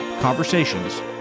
Conversations